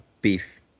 Beef